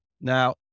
Now